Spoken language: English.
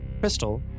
Crystal